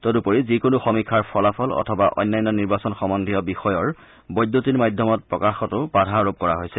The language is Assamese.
তদুপৰি যিকোনো সমীক্ষাৰ ফলাফল অথবা অন্যান্য নিৰ্বাচন সম্বন্দীয় বিষয়ৰ বৈদ্যুতিন মাধ্যমত প্ৰকাশতো বাধা আৰোপ কৰা হৈছে